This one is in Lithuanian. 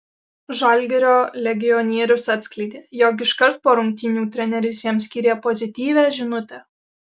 žalgirio legionierius atskleidė jog iškart po rungtynių treneris jam skyrė pozityvią žinutę